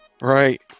Right